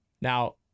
Now